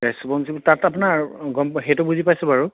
responsibility তাত আপোনাৰ গম সেইটো বুজি পাইছোঁ বাৰু